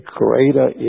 greater